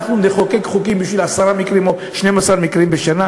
אנחנו נחוקק חוקים בשביל עשרה מקרים או 12 מקרים בשנה?